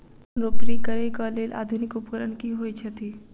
धान रोपनी करै कऽ लेल आधुनिक उपकरण की होइ छथि?